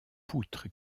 poutre